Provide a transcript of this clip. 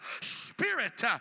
spirit